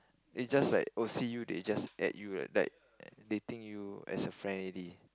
they just like oh see you they just add you like they think you as a friend already